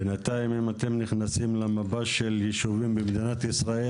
בינתיים אם אתם נכנסים למפה של יישובים במדינת ישראל,